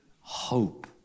hope